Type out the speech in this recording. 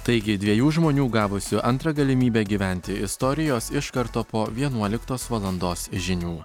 taigi dviejų žmonių gavusių antrą galimybę gyventi istorijos iš karto po vienuoliktos valandos žinių